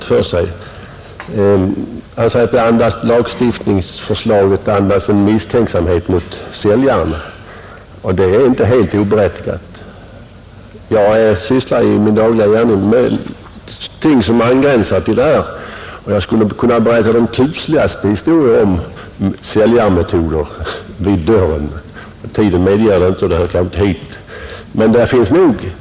Herr Levin ansåg, att lagstiftningsförslaget andas misstänksamhet mot säljaren, Jag vill säga att det inte är helt oberättigat. Jag sysslar i min dagliga gärning med ting, som angränsar till detta. Jag skulle kunna berätta de kusligaste historier om säljarmetoder vid dörren, men tiden medger det inte och det hör kanske inte hit.